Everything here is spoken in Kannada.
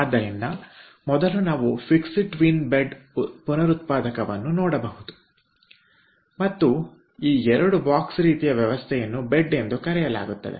ಆದ್ದರಿಂದ ಮೊದಲು ನಾವು ಫಿಕ್ಸೆಡ್ ಟ್ವಿನ್ ಬೆಡ್ ಪುನರುತ್ಪಾದಕವನ್ನು ನೋಡಬಹುದು ಮತ್ತು ಈ 2 ಬಾಕ್ಸ್ ರೀತಿಯ ವ್ಯವಸ್ಥೆಯನ್ನು ಬೆಡ್ ಎಂದು ಕರೆಯಲಾಗುತ್ತದೆ